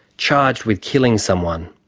charged with killing someone.